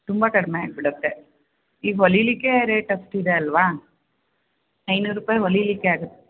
ತುಂಬ ಕಡಿಮೆ ಆಗಿಬಿಡತ್ತೆ ಈಗ ಹೊಲಿಯಲಿಕ್ಕೇ ರೇಟ್ ಅಷ್ಟು ಇದೆ ಅಲ್ವಾ ಐನೂರು ರೂಪಾಯಿ ಹೊಲಿಯಲಿಕ್ಕೆ ಆಗತ್ತೆ